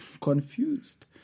confused